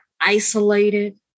isolated